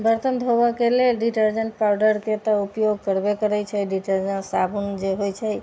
बर्तन धोबैके लेल डिटर्जेंट पाउडरके तऽ उपयोग करबे करै छै डिटर्जेंट साबुन जे होइ छै